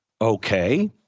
Okay